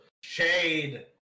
shade